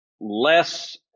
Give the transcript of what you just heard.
less